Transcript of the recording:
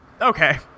Okay